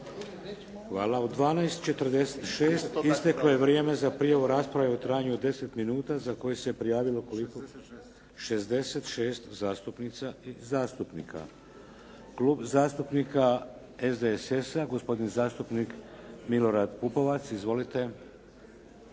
Hvala. U 12,46 isteklo je za prijavu rasprave u trajanju od deset minuta za koju se prijavilo 66 zastupnica i zastupnika. Klub zastupnika SDSS-a gospodin zastupnik Milorad Pupovac. Izvolite.